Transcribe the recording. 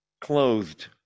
clothed